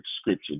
scripture